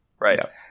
Right